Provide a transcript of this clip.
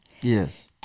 Yes